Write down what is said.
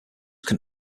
can